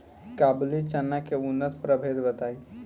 काबुली चना के उन्नत प्रभेद बताई?